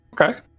Okay